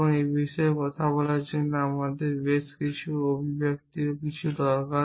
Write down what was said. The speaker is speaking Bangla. এবং এই বিষয়ে কথা বলার জন্য আমাদের আরও অভিব্যক্তিপূর্ণ কিছু দরকার